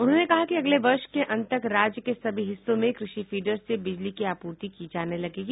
उन्होंने कहा कि अगले वर्ष के अन्त तक राज्य के सभी हिस्सों में कृषि फीडर से बिजली की आपूर्ति की जाने लगेगी